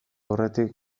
aurretik